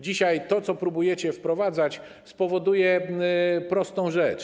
Dzisiaj to, co próbujecie wprowadzać, spowoduje prostą rzecz.